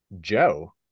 Joe